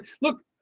Look